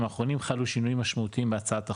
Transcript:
האחרונים חלו שינויים משמעותיים בהצעת החוק,